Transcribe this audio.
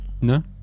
No